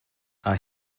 are